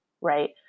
right